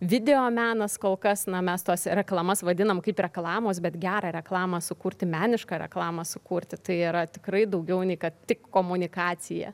videomenas kol kas na mes tas reklamas vadinam kaip reklamos bet gerą reklamą sukurti menišką reklamą sukurti tai yra tikrai daugiau nei kad tik komunikacija